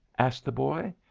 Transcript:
asked the boy.